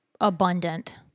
abundant